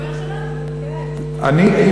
אתה יכול להיות הדובר שלנו?